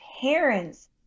parents